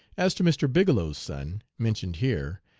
as to mr bigelow's son, mentioned here,